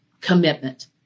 commitment